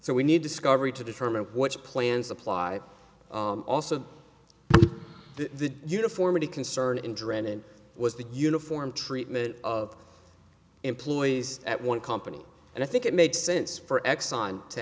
so we need discovery to determine which plans apply also the uniformity concern in drennan was the uniform treatment of employees at one company and i think it made sense for exxon to